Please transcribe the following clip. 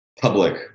public